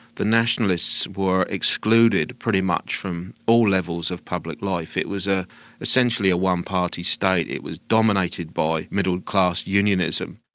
the nationalists were excluded pretty much from all levels of public life. it was ah essentially a one-party state, it was dominated by middle-class unionism.